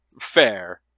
Fair